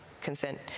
consent